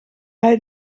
hij